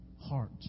heart